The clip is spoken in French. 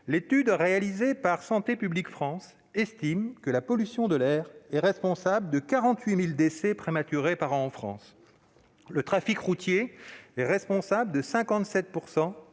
l'étude réalisée par Santé publique France, la pollution de l'air serait responsable de 48 000 décès prématurés par an en France. Le trafic routier est responsable de 57 %